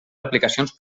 aplicacions